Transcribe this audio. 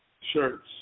shirts